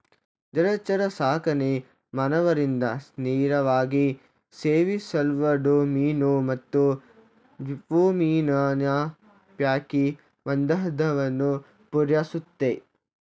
ಜಲಚರಸಾಕಣೆ ಮಾನವರಿಂದ ನೇರವಾಗಿ ಸೇವಿಸಲ್ಪಡೋ ಮೀನು ಮತ್ತು ಚಿಪ್ಪುಮೀನಿನ ಪೈಕಿ ಒಂದರ್ಧವನ್ನು ಪೂರೈಸುತ್ತೆ